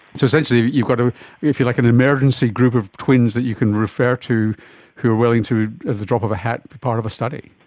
so essentially you've got, if you like, an emergency group of twins that you can refer to who are willing to, at the drop of a hat, be part of a study.